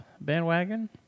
bandwagon